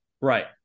Right